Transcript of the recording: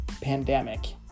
Pandemic